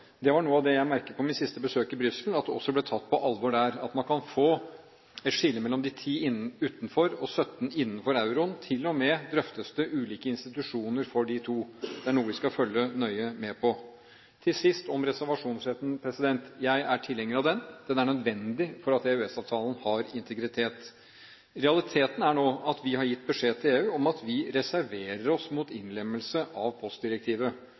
Det var noe av det jeg merket meg ved mitt siste besøk i Brussel. Det ble også tatt på alvor der at man kan få et skille mellom de 10 utenfor og de 17 innenfor euroen. Til og med drøftes det ulike institusjoner for disse to. Det er noe vi skal følge nøye med på. Til sist om reservasjonsretten: Jeg er tilhenger av den. Den er nødvendig for at EØS-avtalen har integritet. Realiteten er at vi nå har gitt beskjed til EU om at vi reserverer oss mot innlemmelse av postdirektivet